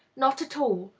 not at all.